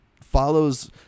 follows